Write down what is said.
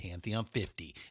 Pantheon50